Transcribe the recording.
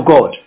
God